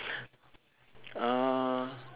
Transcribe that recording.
uh